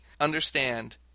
understand